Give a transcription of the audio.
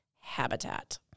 habitat